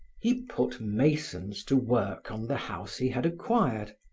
he put masons to work on the house he had acquired.